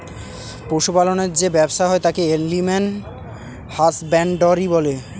পশু পালনের যে ব্যবসা হয় তাকে এলিম্যাল হাসব্যানডরই বলে